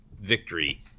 victory